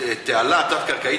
התעלה התת-קרקעית,